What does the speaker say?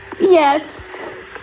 Yes